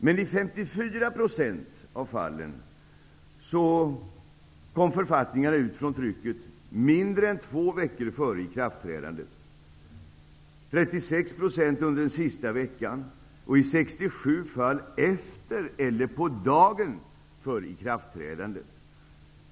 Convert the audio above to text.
Men i 54 % av fallen kom författningar ut från trycket mindre än två veckor före ikraftträdandet, i 36 % under den sista veckan och i 67 fall efter eller på dagen för ikraftträdandet.